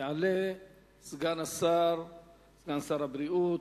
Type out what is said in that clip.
יעלה סגן שר הבריאות,